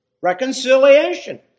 Reconciliation